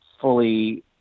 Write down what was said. fully